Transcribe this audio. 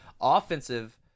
offensive